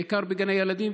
בעיקר לגני הילדים,